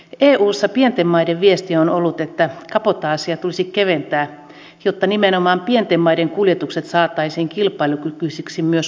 eussa pienten maiden viesti on ollut että kabotaasia tulisi keventää jotta nimenomaan pienten maiden kuljetukset saataisiin kilpailukykyisiksi myös ulkomailla